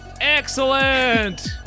Excellent